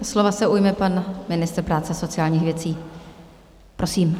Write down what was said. Slova se ujme pan ministr práce a sociálních věcí, prosím.